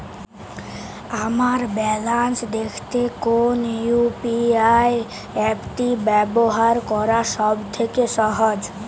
আমার ব্যালান্স দেখতে কোন ইউ.পি.আই অ্যাপটি ব্যবহার করা সব থেকে সহজ?